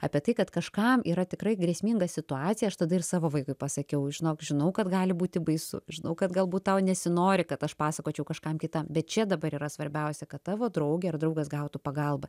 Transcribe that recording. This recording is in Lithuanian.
apie tai kad kažkam yra tikrai grėsminga situacija aš tada ir savo vaikui pasakiau žinok žinau kad gali būti baisu žinau kad galbūt tau nesinori kad aš pasakočiau kažkam kitam bet čia dabar yra svarbiausia kad tavo draugė ar draugas gautų pagalbą